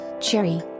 Cherry